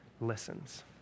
listens